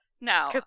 No